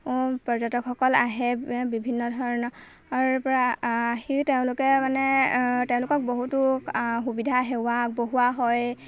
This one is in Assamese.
পৰ্যটকসকল আহে বিভিন্ন ধৰণৰ পৰা আহি তেওঁলোকে মানে তেওঁলোকক বহুতো সুবিধা সেৱা আগবঢ়োৱা হয়